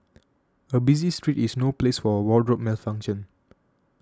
a busy street is no place for a wardrobe malfunction